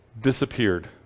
disappeared